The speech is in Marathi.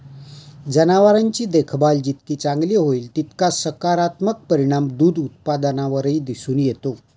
जनावरांची देखभाल जितकी चांगली होईल, तितका सकारात्मक परिणाम दूध उत्पादनावरही दिसून येतो